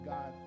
God